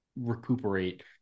recuperate